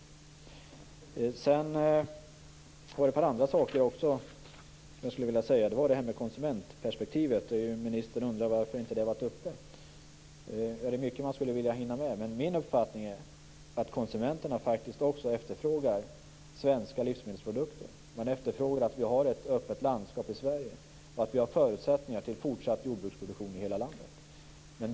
Sedan var det ett par andra saker som jag också skulle vilja säga. Det gäller bl.a. det här med konsumentperspektivet. Ministern undrar varför inte det har varit uppe. Det är mycket man skulle vilja hinna med, men min uppfattning är att konsumenterna faktiskt också efterfrågar svenska livsmedelsprodukter. Man efterfrågar att vi har ett öppet landskap i Sverige, och att vi har förutsättningar för fortsatt jordbruksproduktion i hela landet.